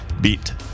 beat